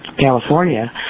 California